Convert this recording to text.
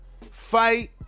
fight